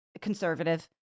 conservative